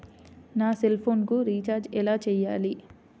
నా సెల్ఫోన్కు రీచార్జ్ ఎలా చేయాలి?